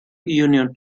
union